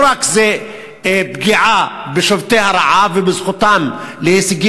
לא רק שזו פגיעה בשובתי הרעב ובזכותם להשיג